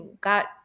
got